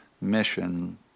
mission